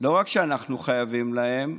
לא רק שאנחנו חייבים להם,